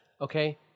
Okay